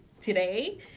today